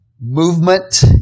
movement